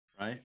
Right